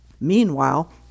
Meanwhile